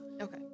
Okay